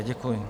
Děkuji.